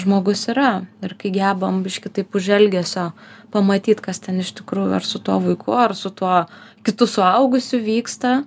žmogus yra ir kai gebam biškį taip už elgesio pamatyt kas ten iš tikrųjų ar su tuo vaiku ar su tuo kitu suaugusiu vyksta